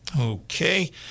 Okay